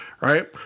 right